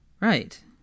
Right